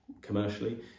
commercially